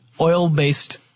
Oil-based